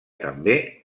també